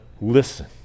listen